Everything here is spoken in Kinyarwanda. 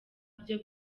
byo